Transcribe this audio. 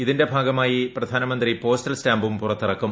ഇതിന്റെ ഭാഗമായി പ്രധാനമന്ത്രി പോസ്റ്റൽ സ്റ്റാമ്പും പുറത്തിറക്കും